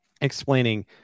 explaining